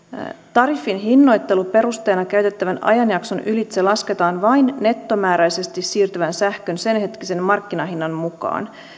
tariffin hinnoitteluperusteena käytettävän ajanjakson ylitse lasketaan vain nettomääräisesti siirtyvän sähkön sen hetkisen markkinahinnan mukaan